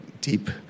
deep